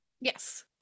yes